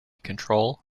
control